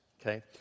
Okay